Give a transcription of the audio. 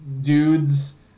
dudes